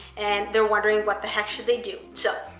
and they're wondering what the heck should they do. so,